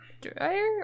Dryer